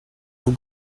vos